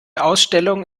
ausstellung